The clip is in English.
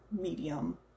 medium